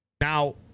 Now